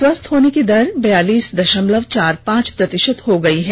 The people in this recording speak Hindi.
स्वस्थ होने की दर बैयालीस दशमलव चार पांच प्रतिशत हो गई है